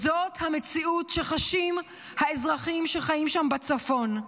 זו המציאות שחשים האזרחים שחיים שם בצפון.